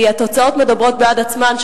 התוצאות מדברות בעד עצמן,